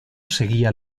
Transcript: seguía